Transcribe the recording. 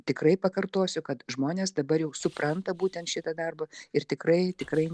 tikrai pakartosiu kad žmonės dabar jau supranta būtent šitą darbą ir tikrai tikrai